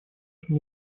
нашем